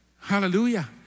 Hallelujah